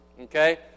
okay